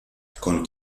con